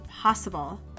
possible